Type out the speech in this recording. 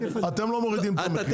אתם לא מורידים את המחיר?